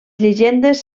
llegendes